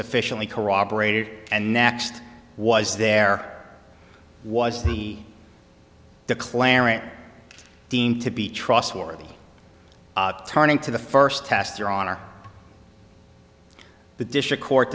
sufficiently corroborated and next was there was the declarant deemed to be trustworthy turning to the first test your honor the district court